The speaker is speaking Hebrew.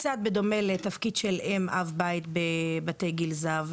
זה קצת בדומה לתפקיד של אם-אב בית של בתי גיל הזהב